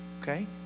okay